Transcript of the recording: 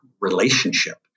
relationship